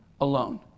alone